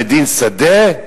בית-דין שדה?